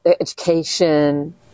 education